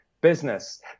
business